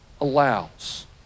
allows